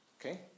Okay